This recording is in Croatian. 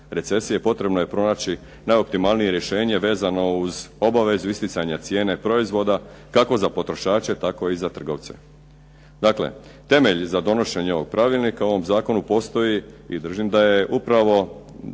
recesije, potrebno je pronaći najoptimalnije rješenje vezano uz obavezu isticanja cijene proizvoda kako za potrošače, tako i za trgovce. Dakle, temelji za donošenje ovog pravilnika u ovom zakonu postoji i držim da je upravo